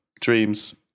dreams